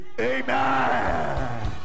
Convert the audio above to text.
amen